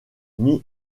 mis